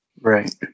right